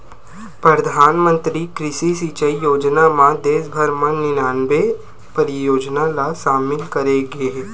परधानमंतरी कृषि सिंचई योजना म देस भर म निनानबे परियोजना ल सामिल करे गे हे